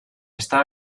està